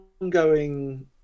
ongoing